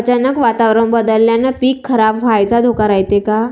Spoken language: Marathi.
अचानक वातावरण बदलल्यानं पीक खराब व्हाचा धोका रायते का?